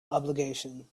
obligation